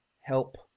help